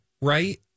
Right